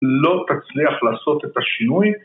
‫לא תצליח לעשות את השינוי.